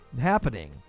happening